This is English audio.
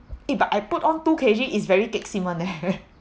eh but I put on two K_G is very gek sim [one] eh